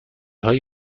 های